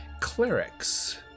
clerics